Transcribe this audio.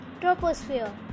Troposphere